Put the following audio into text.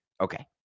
Okay